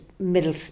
middle